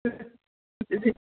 جی جی